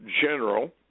general